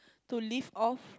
to leave off